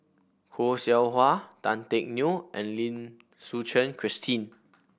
Khoo Seow Hwa Tan Teck Neo and Lim Suchen Christine